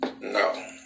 No